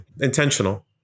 Intentional